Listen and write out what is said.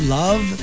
love